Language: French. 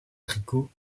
tricot